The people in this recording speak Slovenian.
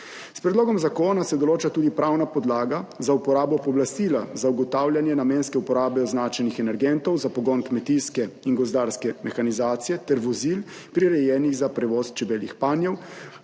S predlogom zakona se določa tudi pravna podlaga za uporabo pooblastila za ugotavljanje namenske uporabe označenih energentov za pogon kmetijske in gozdarske mehanizacije ter vozil, prirejenih za prevoz čebeljih panjev,